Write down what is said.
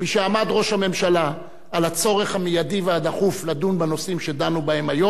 משעמד ראש הממשלה על הצורך המיידי והדחוף לדון בנושאים שדנו בהם היום,